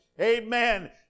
Amen